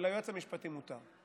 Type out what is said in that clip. אבל ליועץ המשפטי מותר.